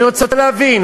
אני רוצה להבין,